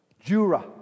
Jura